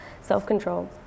self-control